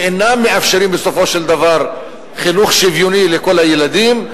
שאינה מאפשרת בסופו של דבר חינוך שוויוני לכל הילדים,